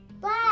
black